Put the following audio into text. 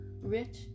rich